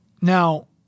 Now